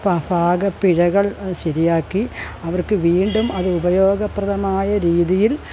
പാകപ്പിഴകൾ ശരിയാക്കി അവർക്ക് വീണ്ടും അത് ഉപയോഗപ്രദമായ രീതിയിൽ